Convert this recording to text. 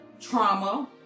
Trauma